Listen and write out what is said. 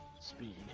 speed